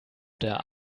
der